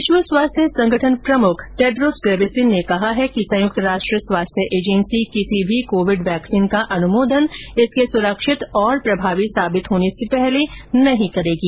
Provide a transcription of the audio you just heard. विश्व स्वास्थ्य संगठन प्रमुख टेड्रोस गेब्रेसिन ने कहा है कि संयुक्त राष्ट्र स्वास्थ्य एजेंसी किसी भी कोविड वैक्सीन का अनुमोदन इसके सुरक्षित और प्रभावी साबित होने से पहले नहीं करेगी